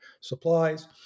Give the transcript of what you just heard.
supplies